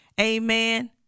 amen